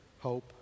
hope